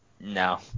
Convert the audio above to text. no